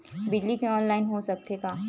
बिजली के ऑनलाइन हो सकथे का?